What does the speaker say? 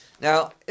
Now